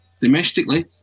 domestically